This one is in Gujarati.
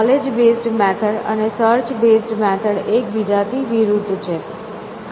નોલેજ બેઝ મેથડ અને સર્ચ બેઝ મેથડ એકબીજાથી વિરુદ્ધ છે